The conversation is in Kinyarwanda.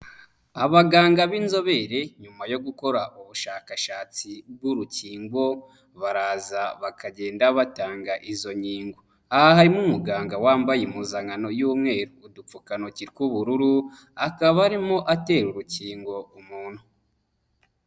Abaganga b'inzobere nyuma yo gukora ubushakashatsi bw'urukingo baraza bakagenda batanga izo nkingo, aha harimo umuganga wambaye impuzankano y'umweru, udupfukantoki tw'ubururu akaba arimo atera urukingo umuntu.